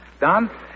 Don